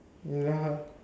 ya